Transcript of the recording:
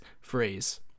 phrase